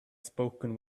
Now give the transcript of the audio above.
spoken